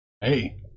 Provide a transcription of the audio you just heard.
Hey